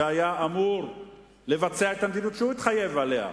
שהיה אמור לבצע את המדיניות שהוא התחייב עליה,